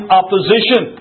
opposition